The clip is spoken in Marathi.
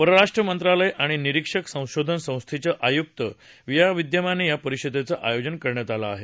परराष्ट्र मंत्रालय आणि निरीक्षक संशोधन संस्थेच्या आयुक्त विद्यमाने या परिषदेचं आयोजन करण्यात आलं आहे